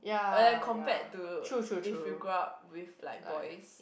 and compared to if you grow up with like boys